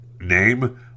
name